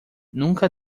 nunca